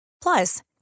Plus